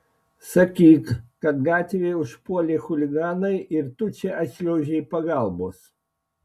sakyk kad gatvėje užpuolė chuliganai ir tu čia atšliaužei pagalbos